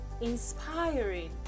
inspiring